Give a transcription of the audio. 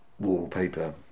wallpaper